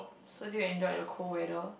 so do you enjoyed the cold weather